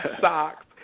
socks